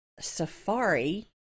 safari